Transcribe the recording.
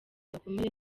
bakomeye